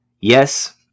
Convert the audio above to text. Yes